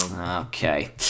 Okay